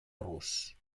rus